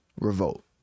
Revolt